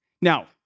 Now